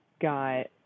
got